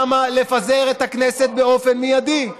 למה לפזר את הכנסת באופן מיידי?